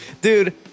dude